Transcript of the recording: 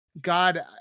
God